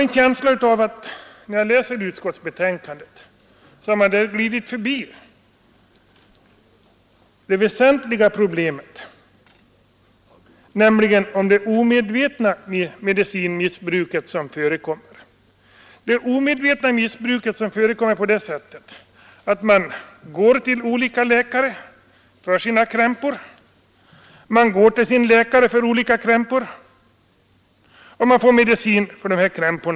När jag läser utskottsbetänkandet får jag en känsla av att utskottet har glidit förbi det väsentliga problemet — det omedvetna missbruk som förekommer genom att människor går till olika läkare för olika krämpor och får medicin för dessa sjukdomar.